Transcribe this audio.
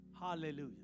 Hallelujah